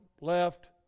left